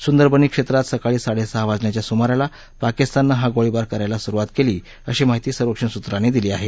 संदरबनी क्षेत्रात सकाळी साडेसहा वाजण्याच्या स्माराला पाकिस्ताननं हा गोळीबार करायला सुरुवात केली अशी माहिती संरक्षण सूत्रांनी दिली आहे